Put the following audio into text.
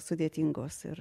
sudėtingos ir